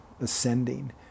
ascending